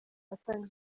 atanga